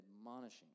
admonishing